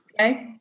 Okay